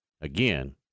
again